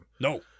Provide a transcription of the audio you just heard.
No